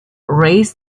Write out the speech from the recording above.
raise